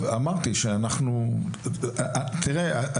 תראה,